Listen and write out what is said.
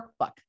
workbook